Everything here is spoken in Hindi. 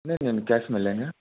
नहीं नहीं कैश में लेंगे